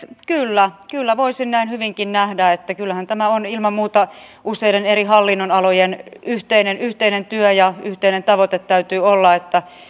kyllä kyllä voisin näin hyvinkin nähdä kyllähän tämä on ilman muuta useiden eri hallinnonalojen yhteinen yhteinen työ ja yhteinen tavoite täytyy olla että